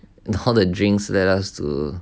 and how the drinks let us too